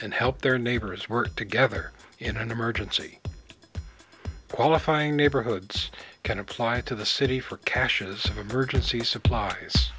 and help their neighbors work together in an emergency qualifying neighborhoods can apply to the city for caches of emergency supplies